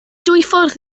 dwyffordd